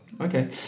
Okay